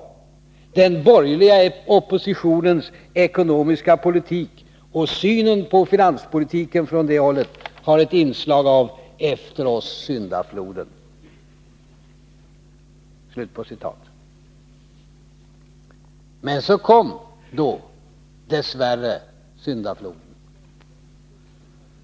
Oppositionens” — den borgerliga oppositionens — ekonomiska politik och synen på finanspolitiken från det hållet har ett inslag utav — efter oss syndafloden.” Men så kom då dess värre syndafloden.